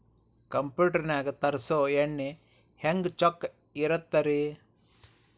Computer ನಾಗ ತರುಸುವ ಎಣ್ಣಿ ಹೆಂಗ್ ಚೊಕ್ಕ ಇರತ್ತ ರಿ?